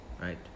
right